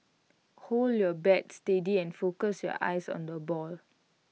hold your bat steady and focus your eyes on the ball